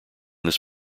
this